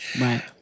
Right